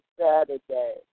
Saturday